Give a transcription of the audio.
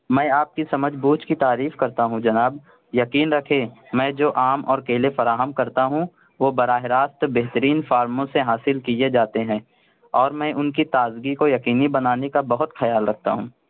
میں آپ کی سمجھ بوجھ کی تعریف کرتا ہوں جناب یقین رکھیں میں جو آم اور کیلے فراہم کرتا ہوں وہ براہ راست بہترین فارموں سے حاصل کئے جاتے ہیں اور میں ان کی تازگی کو یقینی بنانے کا بہت خیال رکھتا ہوں